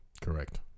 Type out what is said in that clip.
Correct